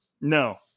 No